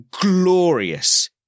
glorious